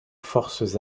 forces